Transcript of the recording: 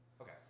Okay